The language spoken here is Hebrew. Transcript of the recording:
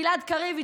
גלעד קריב,